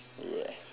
yes